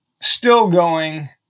still-going